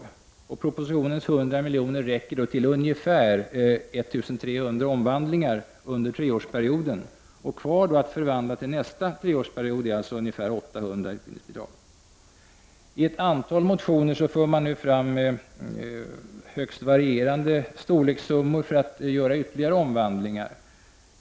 De 100 miljoner som anvisas i propositionen räcker till ungefär 1300 omvandlingar under den första treårsperioden. Vad som återstår att fördela under nästa treårsperiod är ungefär 800 utbildningsbidrag. I ett antal motioner nämns högst varierande belopp för ytterligare omvandlingar.